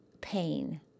pain